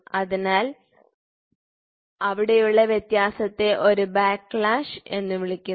അതിനാൽ അവിടെയുള്ള വ്യത്യാസത്തെ ഒരു ബാക്ക്ലാഷ് എന്ന് വിളിക്കുന്നു